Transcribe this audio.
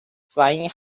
flying